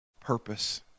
Purpose